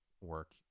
work